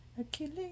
Achilles